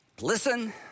listen